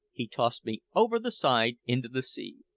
he tossed me over the side into the sea.